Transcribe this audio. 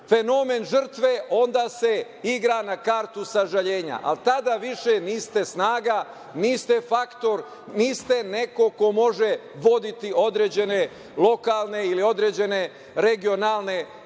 fenomen žrtva onda se igra na kartu sažaljenja, ali tada više niste snaga, niste faktor, niste neko ko može voditi određene lokalne ili određene regionalne